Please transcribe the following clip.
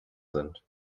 sind